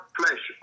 flesh